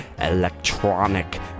Electronic